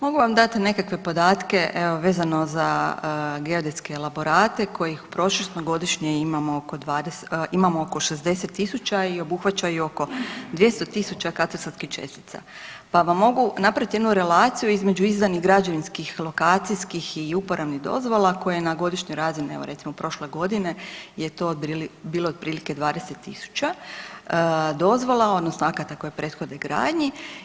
Mogu vam dat nekakve podatke evo vezano za geodetske elaborate kojih prosječno godišnje imamo oko 20, imamo oko 60.000 i obuhvaćaju oko 200.000 katastarskih čestica, pa vam mogu napravit jednu relaciju između izdanih građevinskih, lokacijskih i uporabnih dozvola koje na godišnjoj razini, evo recimo prošle godine je to bilo otprilike 20.000 dozvola odnosno akata koji prethode gradnji.